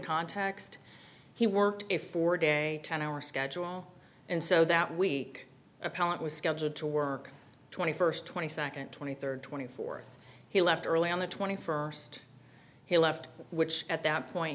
context he worked a four day ten hour schedule and so that week appellant was scheduled to work twenty first twenty second twenty third twenty fourth he left early on the twenty first he left which at that point